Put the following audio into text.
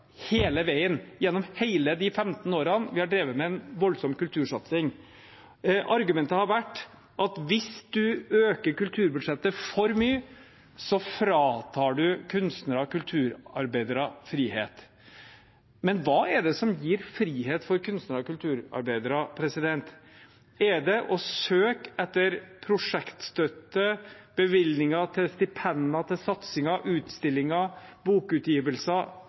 hele veien, gjennom alle de 15 årene vi har drevet med den voldsomme kultursatsingen. Argumentet har vært at hvis man øker kulturbudsjettet for mye, fratar man kunstnere og kulturarbeidere frihet. Men hva er det som gir frihet for kunstnere og kulturarbeidere? Er det å søke etter prosjektstøtte og bevilgninger til stipend, satsinger, utstillinger, bokutgivelser